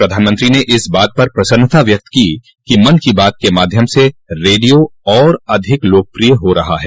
प्रधानमंत्री ने इस बात पर प्रसन्नता व्यक्त की कि मन की बात के माध्यम से रेडियो और अधिक लोकप्रिय हो रहा है